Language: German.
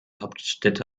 hauptstädte